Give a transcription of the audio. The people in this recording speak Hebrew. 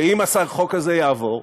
ואם החוק הזה יעבור,